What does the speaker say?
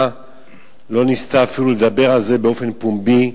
לא ניסתה אפילו לדבר על זה באופן פומבי,